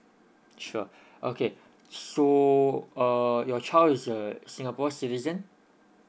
sure okay so err your child is a singapore citizen